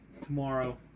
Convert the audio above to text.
Tomorrow